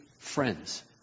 friends